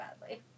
badly